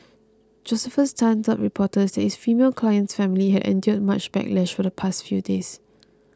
Josephus Tan told reporters that his female client's family had endured much backlash for the past few days